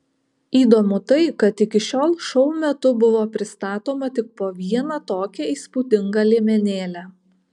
įdomu tai kad iki šiol šou metu buvo pristatoma tik po vieną tokią įspūdingą liemenėlę